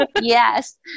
Yes